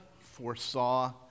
foresaw